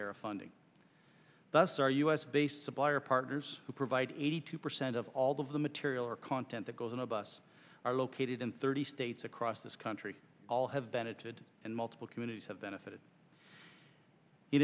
era funding thus our u s based supplier partners who provide eighty two percent of all the material or content that goes on a bus are located in thirty states across this country all have benefited and multiple communities have benefited